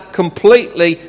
completely